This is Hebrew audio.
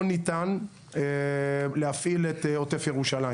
לא ניתן להפעיל את עוטף ירושלים